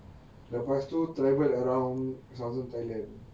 lepas tu travel around southern thailand